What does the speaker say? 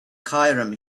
cairum